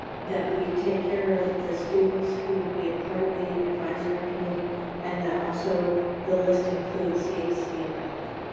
that we take care of the students who would be a part of the advisory committee and that also the list includes cac and album.